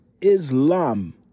Islam